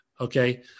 Okay